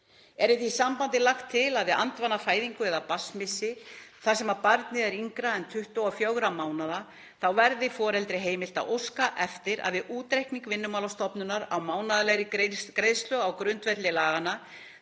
Er í því sambandi er lagt til að við andvanafæðingu eða barnsmissi þar sem barnið er yngra en 24 mánaða verði foreldri heimilt að óska eftir að við útreikning Vinnumálastofnunar á mánaðarlegri greiðslu á grundvelli laganna